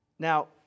Now